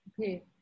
Okay